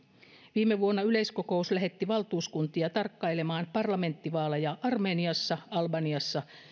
viime vuonna yleiskokous lähetti valtuuskuntia tarkkailemaan parlamenttivaaleja armeniassa albaniassa